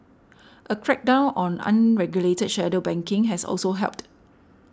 a crackdown on unregulated shadow banking has also helped